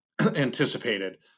anticipated